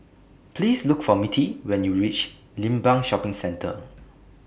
Please Look For Mittie when YOU REACH Limbang Shopping Centre